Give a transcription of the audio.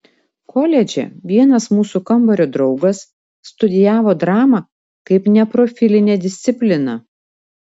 koledže vienas mūsų kambario draugas studijavo dramą kaip neprofilinę discipliną